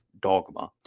dogma